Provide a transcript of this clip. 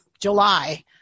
July